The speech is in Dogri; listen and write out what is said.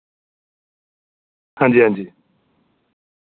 हांजी हांजी